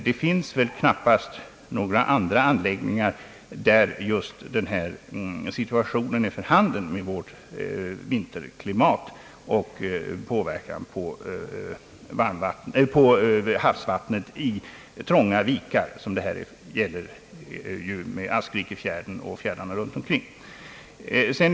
Det finns knappast några andra anläggningar av detta slag där man har en sådan situation som vi med vårt vinterklimat och får räkna med den påverkan som utsläppet av varmvatten" kan få på havsvattnet i trånga vikar, i detta fall närmast Askrikefjärden och fjärdarna runt omkring.